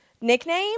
nickname